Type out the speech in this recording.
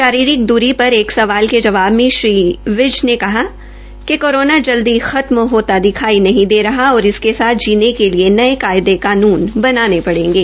शारीरिक दरी पर एक सवाल के जवाब में श्री विज ने कहा कि कोरोना जल्दी खत्म होता दिखाई नहीं दे रहा और इसके साथ जीने के लिए नये कायदे कानून बनाने पड़ेगे